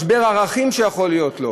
משבר הערכים שיכול להיות לו.